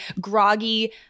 groggy